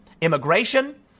immigration